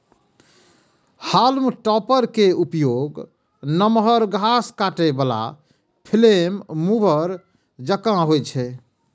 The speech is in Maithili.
हाल्म टॉपर के उपयोग नमहर घास काटै बला फ्लेम मूवर जकां होइ छै